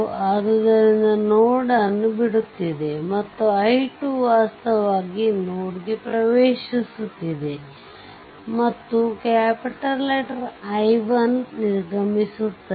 ಆದ್ದರಿಂದ ನೋಡ್ ಅನ್ನು ಬಿಡುತ್ತಿದೆ ಮತ್ತು ಈ i2 ವಾಸ್ತವವಾಗಿ ನೋಡ್ಗೆ ಪ್ರವೇಶಿಸುತ್ತಿದೆ ಮತ್ತು I1 ನಿರ್ಗಮಿಸುತ್ತದೆ